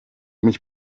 mich